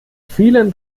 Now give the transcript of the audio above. vielen